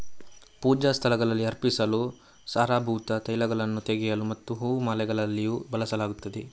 ಪೂಜಾ ಸ್ಥಳಗಳಲ್ಲಿ ಅರ್ಪಿಸಲು, ಸಾರಭೂತ ತೈಲಗಳನ್ನು ತೆಗೆಯಲು ಮತ್ತು ಹೂ ಮಾಲೆಗಳಲ್ಲಿಯೂ ಬಳಸಲಾಗುತ್ತದೆ